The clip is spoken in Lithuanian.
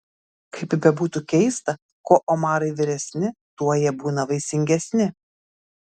kaip bebūtų keista kuo omarai vyresni tuo jie būna vaisingesni